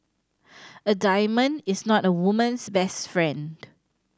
a diamond is not a woman's best friend